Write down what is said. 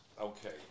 Okay